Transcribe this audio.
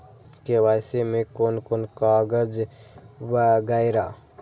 KYC में कोन कोन कागज वगैरा?